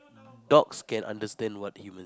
dogs can understand what human